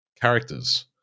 characters